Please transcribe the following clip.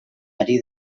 ari